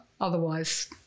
otherwise